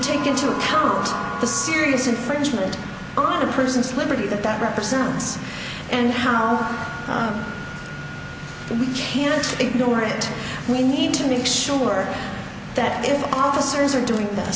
take into account the serious infringement on a person's liberty that that represents and how on we can't ignore it we need to make sure that if officers are doing th